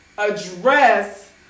address